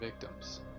victims